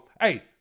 Hey